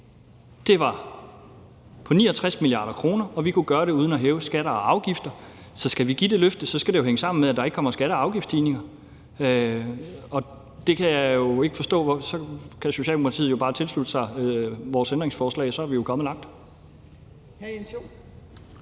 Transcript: gav, var på 69 mia. kr., og vi kunne gøre det uden at hæve skatter og afgifter. Så skal vi indfri det løfte, skal det jo hænge sammen med, at der ikke kommer skatte- og afgiftsstigninger. Så Socialdemokratiet kan jo bare tilslutte sig vores ændringsforslag, og så er vi kommet langt.